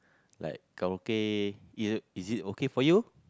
like karaoke y~ is it okay for you